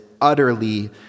utterly